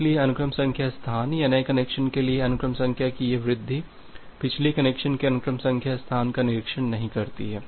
इसलिए अनुक्रम संख्या स्थान या नए कनेक्शन के लिए अनुक्रम संख्या की यह वृद्धि पिछले कनेक्शन के अनुक्रम संख्या स्थान का निरीक्षण नहीं करती है